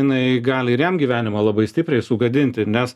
jinai gali ir jam gyvenimą labai stipriai sugadinti nes